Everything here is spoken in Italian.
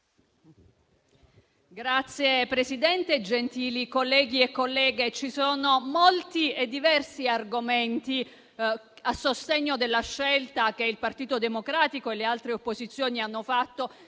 Signora Presidente, gentili colleghi e colleghe, ci sono molti e diversi argomenti a sostegno della scelta, che il Partito Democratico e le altre opposizioni hanno fatto,